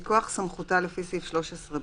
מכוח סמכותה לפי סעיף 13(ב),